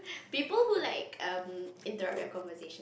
people who like um interrupt your conversation